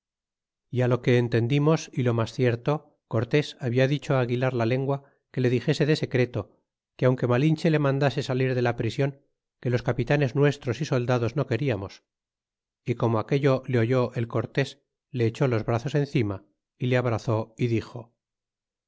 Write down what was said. lo que entendimos é lo mas cierto cortés habia dicho aguilar la lengua que le dixese de secreto que aunque malinche le mandase salir de la prision que los capitanes nuestros é soldados no quedamos y como aquello le oyó el cortés le echó los brazos encima y le abrazó y dixo